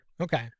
okay